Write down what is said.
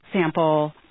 sample